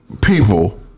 People